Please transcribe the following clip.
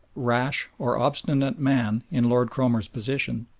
rash, or obstinate man in lord cromer's position,